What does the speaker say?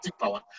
power